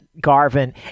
Garvin